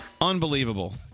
unbelievable